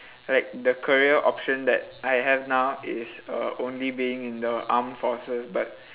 like the career option that I have now is err only being in the armed forces but